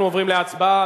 אנחנו עוברים להצבעה.